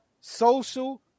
social